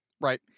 right